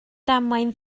damwain